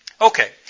Okay